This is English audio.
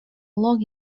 long